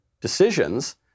decisions